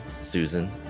Susan